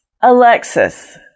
Alexis